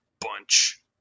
bunch